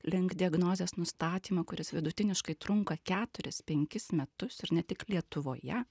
link diagnozės nustatymo kuris vidutiniškai trunka keturis penkis metus ir ne tik lietuvoje